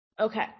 Okay